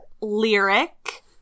lyric